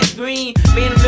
green